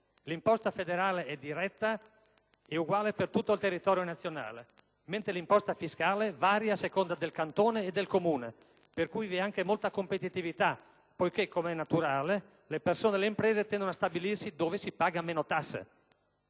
L'imposta federale è diretta e uguale per tutto il territorio nazionale, mentre l'imposta fiscale varia a seconda del Cantone e del comune, per cui vi è anche molta competitività poiché, com'è naturale, le persone e le imprese tendono a stabilirsi dove si pagano meno tasse.